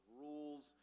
rules